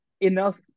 enough